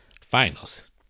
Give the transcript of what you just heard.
Finals